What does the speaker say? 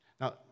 Now